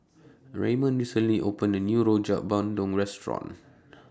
Ramon recently opened A New Rojak Bandung Restaurant